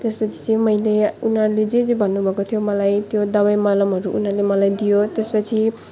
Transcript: त्यसपछि चाहिँ मैले उनीहरूले जे जे भन्नुभएको थियो मलाई त्यो दबाई मलमहरू उनीहरूले मलाई दियो त्यसपछि